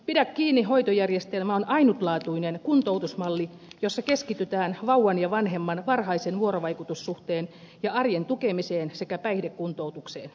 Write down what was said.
pidä kiinni hoitojärjestelmä on ainutlaatuinen kuntoutusmalli jossa keskitytään vauvan ja vanhemman varhaisen vuorovaikutussuhteen ja arjen tukemiseen sekä päihdekuntoutukseen